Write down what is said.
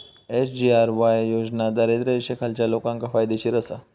SGRY योजना दारिद्र्य रेषेखालच्या लोकांका फायदेशीर आसा